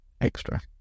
extra